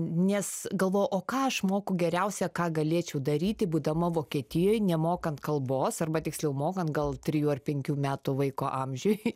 nes galvojau o ką aš moku geriausia ką galėčiau daryti būdama vokietijoj nemokant kalbos arba tiksliau mokant gal trijų ar penkių metų vaiko amžiui